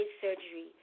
surgery